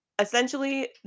essentially